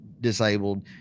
disabled